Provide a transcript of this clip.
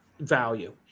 value